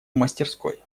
мастерской